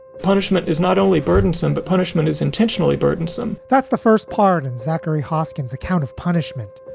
punishment is not only burdensome, but punishment is intentionally burdensome that's the first part. and zachary hoskins account of punishment,